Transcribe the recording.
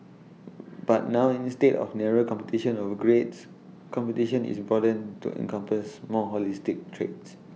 but now instead of narrow competition over grades competition is broadened to encompass more holistic traits